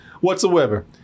whatsoever